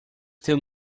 tem